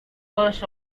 first